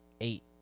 eight